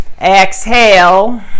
exhale